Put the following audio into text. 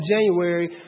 January